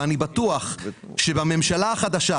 ואני בטוח שבממשלה החדשה,